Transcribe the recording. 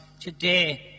today